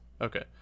Okay